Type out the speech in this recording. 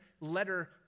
letter